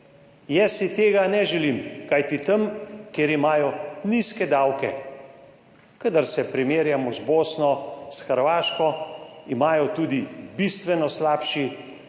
Jaz si tega ne želim, kajti tam, kjer imajo nizke davke, kadar se primerjamo z Bosno, s Hrvaško, imajo tudi bistveno slabši